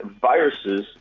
viruses